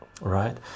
right